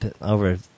over